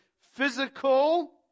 physical